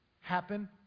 happen